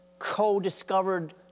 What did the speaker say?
co-discovered